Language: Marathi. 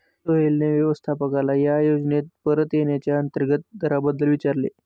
सोहेलने व्यवस्थापकाला या योजनेत परत येण्याच्या अंतर्गत दराबद्दल विचारले